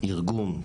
ארגון,